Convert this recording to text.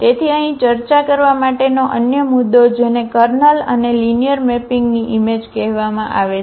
તેથી અહીં ચર્ચા કરવા માટે નો અન્ય મુદ્દો જેને કર્નલ અને લિનિયર મેપિંગની ઈમેજ કહેવામાં આવે છે